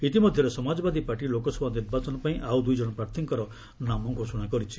ଇତିମଧ୍ୟରେ ସମାଜବାଦୀ ପାର୍ଟି ଲୋକସଭା ନିର୍ବାଚନ ପାଇଁ ଆଉ ଦୁଇଜଣ ପ୍ରାର୍ଥୀଙ୍କର ନାମ ଘୋଷଣା କରିଛି